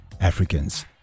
africans